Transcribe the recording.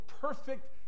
perfect